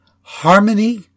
harmony